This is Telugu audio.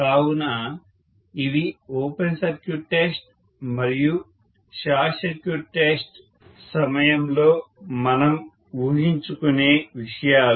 కావున ఇవి ఓపెన్ సర్క్యూట్ టెస్ట్ మరియు షార్ట్ సర్క్యూట్ టెస్ట్ సమయంలో మనం ఊహించుకునే విషయాలు